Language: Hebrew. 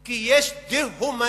כי יש דה-הומניזציה.